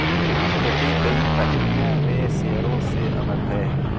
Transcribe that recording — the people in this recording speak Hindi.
इक्विटी कई पहलुओं में शेयरों से अलग है